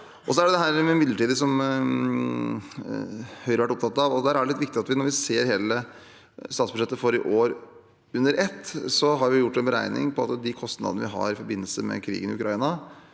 Så er det dette med midlertidig, som Høyre har vært opptatt av. Der er det litt viktig, når vi ser hele statsbudsjettet for i år under ett, at vi har gjort en beregning på kostnadene vi har i forbindelse med krigen i Ukraina.